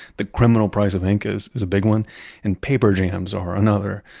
the criminal price of ink is is a big one and paper jams are another.